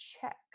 check